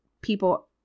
people